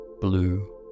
blue